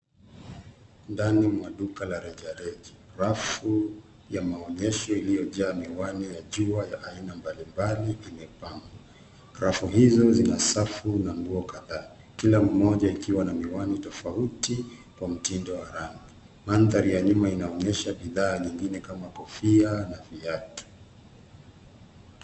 Ndani mwa duka la rejareja rafu ya maonyeshao iliyojaa miwani ya jua ya aina mbalimbali imepangwa. Rafu hizo zina safu na nguo kadhaa; kila moja ikiwa na miwani tofauti wa mtindo wa rangi. Mandhari ya nyuma inaonyesha bidhaa nyingine kama kofia na viatu.